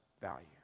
value